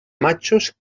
matxos